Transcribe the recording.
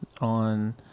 on